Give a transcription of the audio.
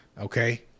okay